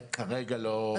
שכרגע לא הגיע.